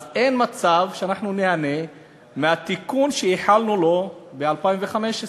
אז אין מצב שניהנה מהתיקון שייחלנו לו ב-2015.